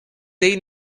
dei